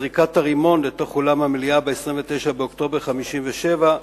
זריקת הרימון לתוך אולם המליאה ב-29 באוקטובר 1957,